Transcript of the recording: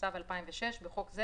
התשס"ו- 2006 (בחוק זה